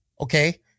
Okay